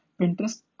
Pinterest